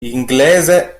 inglese